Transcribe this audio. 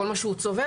כל מה שהוא צובר,